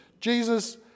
Jesus